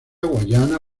guayana